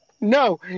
No